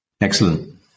Excellent